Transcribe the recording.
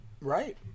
Right